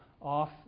off